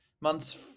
months